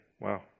wow